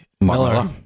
Miller